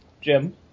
Jim